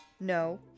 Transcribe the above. No